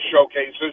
showcases